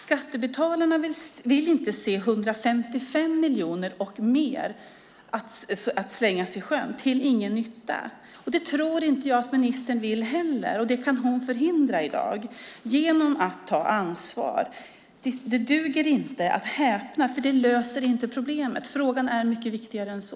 Skattebetalarna vill inte se att 155 miljoner och mer slängs i sjön, till ingen nytta. Det tror jag inte att ministern heller vill, och det kan hon förhindra i dag genom att ta ansvar. Det duger inte att häpna, för det löser inte problemet. Frågan är mycket viktigare än så.